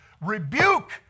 rebuke